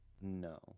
No